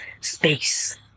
space